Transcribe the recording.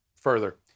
further